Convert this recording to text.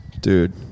Dude